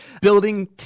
building